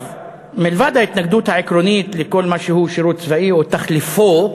מלבד ההתנגדות העקרונית לכל מה שהוא שירות צבאי או תחליפו,